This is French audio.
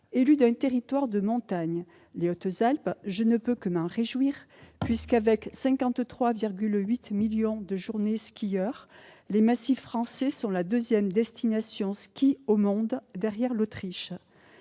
qu'élue d'un territoire de montagne, les Hautes-Alpes, je ne peux que m'en réjouir, puisque, avec 53,8 millions de journées-skieurs, les massifs français sont la deuxième destination mondiale pour le ski, derrière l'Autriche.